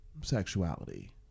Sexuality